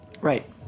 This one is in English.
Right